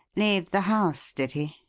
leave the house, did he?